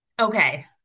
okay